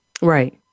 Right